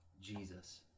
Jesus